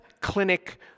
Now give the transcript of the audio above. clinic